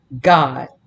God